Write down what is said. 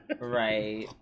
Right